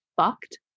fucked